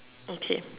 okay